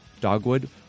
Dogwood